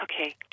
Okay